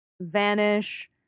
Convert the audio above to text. vanish